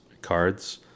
cards